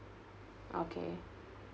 okay